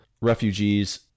refugees